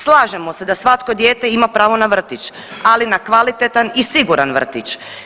Slažemo se da svako dijete ima pravo na vrtić, ali na kvalitetan i siguran vrtić.